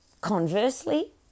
Conversely